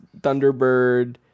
Thunderbird